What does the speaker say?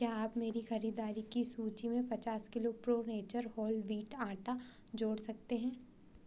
क्या आप मेरी खरिदारी की सूची में पचास kilo pro nature whole wheat atta जोड़ सकते हैं